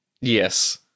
Yes